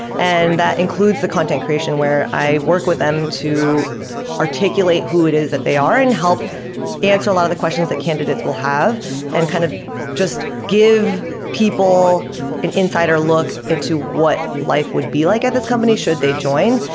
and that includes the content creation, where i work with them to articulate who it is that they are and help answer a lot of the questions that candidates will have and kind of just give people an insider look into what life would be like at this company should they join.